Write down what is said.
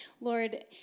Lord